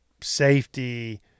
Safety